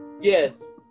Yes